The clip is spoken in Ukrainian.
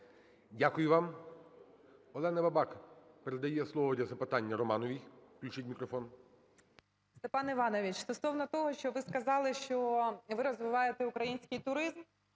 Дякую вам. Олена Бабак передає слово для запитання Романовій. Включіть мікрофон. 10:54:56 РОМАНОВА А.А. Степан Іванович, стосовно того, що ви сказали, що ви розвиваєте український туризм,